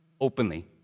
openly